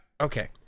Okay